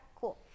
cool